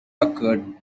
occurred